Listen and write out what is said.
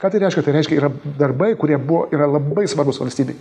ką tai reiškia tai reiškia yra darbai kurie buvo yra labai svarbūs valstybei